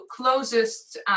closest